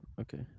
okay